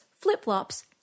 flip-flops